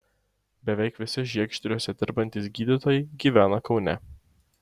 beveik visi žiegždriuose dirbantys gydytojai gyvena kaune